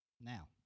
Now